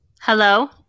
Hello